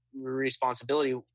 responsibility